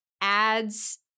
ads